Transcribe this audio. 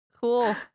Cool